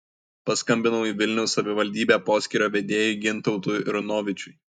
paskambinau į vilniaus savivaldybę poskyrio vedėjui gintautui runovičiui